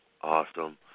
Awesome